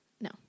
No